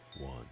one